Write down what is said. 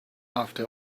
after